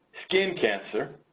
skin cancer,